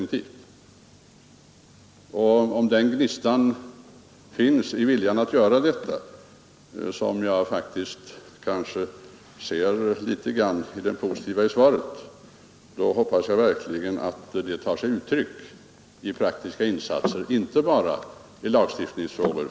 Och om gnistan finns att åstadkomma detta — jag tyckte mig se litet av en sådan vilja i det positiva svaret — så hoppas jag att det tar sig uttryck i praktiska insatser, inte bara i lagstiftningsfrågor.